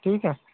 ठीक आहे